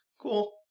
Cool